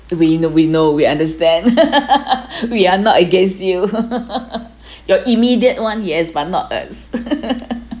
we in the we know we understand we are not against you your immediate one yes but not us